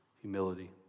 humility